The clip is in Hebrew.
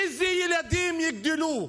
איזה ילדים יגדלו?